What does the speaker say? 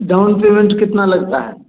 down payment कितना लगता है